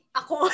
ako